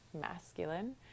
masculine